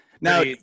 Now